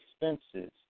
expenses